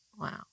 Wow